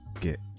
get